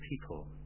people